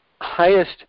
highest